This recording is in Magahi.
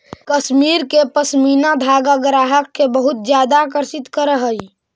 कश्मीर के पशमीना धागा ग्राहक के बहुत ज्यादा आकर्षित करऽ हइ